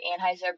anheuser